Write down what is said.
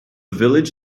village